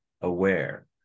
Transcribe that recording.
aware